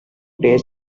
days